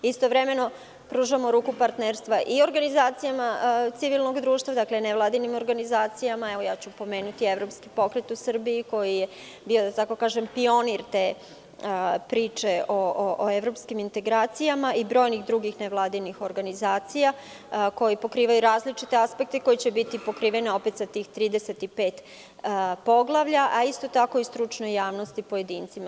Istovremeno pružamo ruku partnerstva i organizacijama civilnog društva, dakle, nevladinim organizacijama, pomenuću Evropski pokret u Srbiji, koji je bio, da tako kažem, pionir te priče o evropskim integracijama, i brojnih drugih nevladinih organizacija koje pokrivaju različite aspekte koji će biti pokrivene opet sa tih 35 poglavlja, isto tako i stručnu javnost i pojedincima.